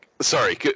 sorry